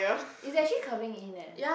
is actually curving in eh